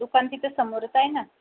दुकान तिथं समोरच आहे ना